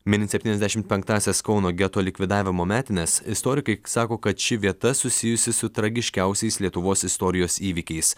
minint septyniasdešimt penktąsias kauno geto likvidavimo metines istorikai sako kad ši vieta susijusi su tragiškiausiais lietuvos istorijos įvykiais